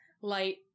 light